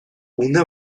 una